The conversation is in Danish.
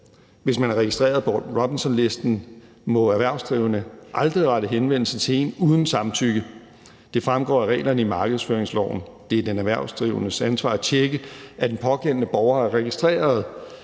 hvis man er registreret på Robinsonlisten, må erhvervsdrivende aldrig rette henvendelse til en uden samtykke. Det fremgår af reglerne i markedsføringsloven. Det er den erhvervsdrivendes ansvar at tjekke, om den pågældende borger er registreret